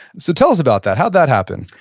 so tell us about that. how'd that happen?